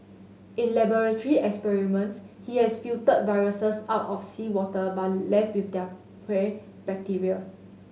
in laboratory experiments he has filtered viruses out of seawater but left with their prey bacteria